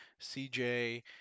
CJ